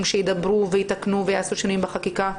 שידברו ויתקנו ויעשו שינויים בחקיקה,